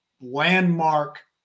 landmark